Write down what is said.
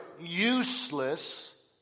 useless